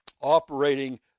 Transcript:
operating